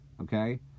okay